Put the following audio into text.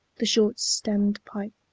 the short-stemmed pipe,